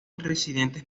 residentes